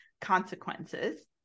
consequences